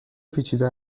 پیچیده